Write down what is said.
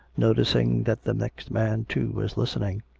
noticing that the next man, too, was listening.